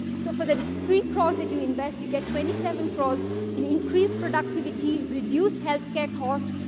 so, for the three crores that you invest, you get twenty seven crores in increased productivity, reduced health care costs,